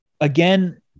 Again